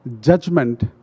judgment